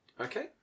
Okay